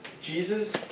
Jesus